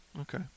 okay